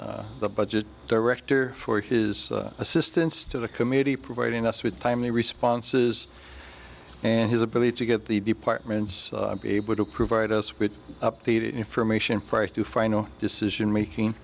as the budget director for his assistance to the committee providing us with timely responses and his ability to get the department's be able to provide us with updated information prior to final decision making